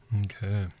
okay